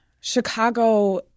Chicago